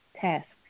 tasks